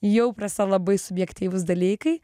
jau pasi labai subjektyvūs dalykai